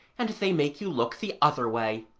and they make you look the other way,